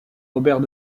robert